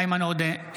אינו נוכח איימן עודה,